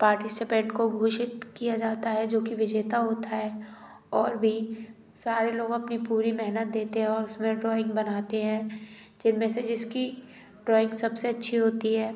participate को घोषित किया जाता है जो कि विजेता होता है और भी सारे लोग अपनी पूरी मेहनत देते है और उसमें ड्राॅइंग बनाते हैं जिनमें से जिसकी ड्राॅइंग सबसे अच्छी होती है